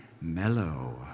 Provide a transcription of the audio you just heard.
mellow